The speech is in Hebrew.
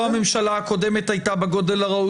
מה שאתה אומר זה טיעון עקרוני על הרבה